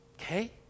Okay